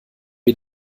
wir